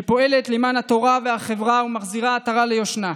שפועלת למען התורה והחברה ומחזירה עטרה ליושנה,